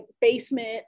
basement